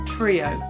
Trio